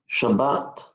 Shabbat